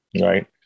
right